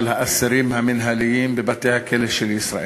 האסירים המינהליים בבתי-הכלא של ישראל.